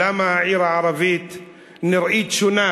למה העיר הערבית נראית שונה